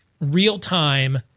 real-time